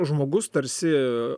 žmogus tarsi